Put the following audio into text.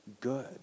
good